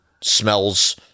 smells –